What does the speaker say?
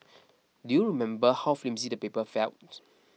do you remember how flimsy the paper felt